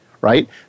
Right